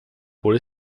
por